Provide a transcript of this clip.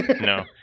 No